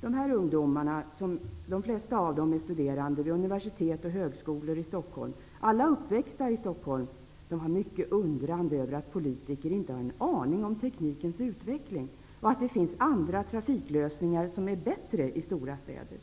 De här ungdomarna -- de flesta av dem är studerande vid universitet och högskolor i Stockholm och alla är uppväxta i Stockholm -- var mycket undrande över att politiker inte har en aning om teknikens utveckling och om att det finns andra trafiklösningar som är bättre i stora städer.